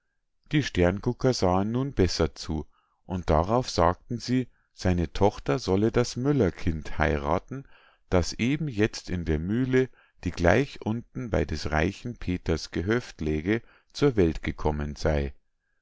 die sterngucker sahen nun besser zu und darauf sagten sie seine tochter solle das müllerkind heirathen das eben jetzt in der mühle die gleich unten bei des reichen peters gehöft läge zur welt gekommen sei